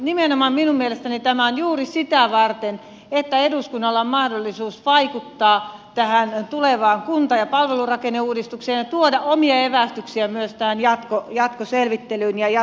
nimenomaan minun mielestäni tämä on juuri sitä varten että eduskunnalla on mahdollisuus vaikuttaa tähän tulevaan kunta ja palvelurakenneuudistukseen ja tuoda omia evästyksiä myös tähän jatkoselvittelyyn ja jatkovalmisteluun